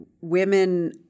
women